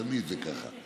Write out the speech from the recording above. תמיד זה ככה,